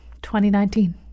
2019